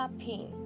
pain